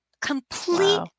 complete